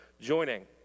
joining